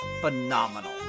phenomenal